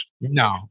No